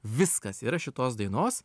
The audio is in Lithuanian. viskas yra šitos dainos